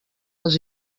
les